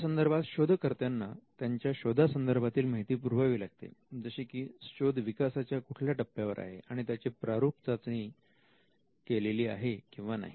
यासंदर्भात शोधकर्त्याना त्यांच्या शोधा संदर्भातील माहिती पुरवावे लागते जशी की शोध विकासाच्या कुठल्या टप्प्यावर आहे आणि त्याचे प्रारूप याची चाचणी केलेली आहे किंवा नाही